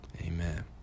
Amen